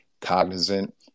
cognizant